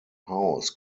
haus